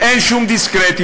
אין שום דיסקרטיות,